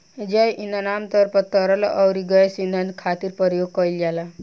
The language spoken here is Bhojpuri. जैव ईंधन आमतौर पर तरल अउरी गैस ईंधन खातिर प्रयोग कईल जाला